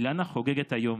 אילנה חוגגת היום,